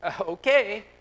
Okay